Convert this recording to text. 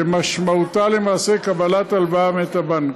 ומשמעותה למעשה קבלת הלוואה מאת הבנק.